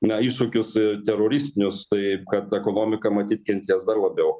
na iššūkius teroristinius taip kad ekonomika matyt kentės dar labiau